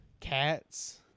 cats